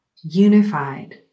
unified